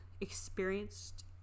experienced